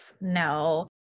no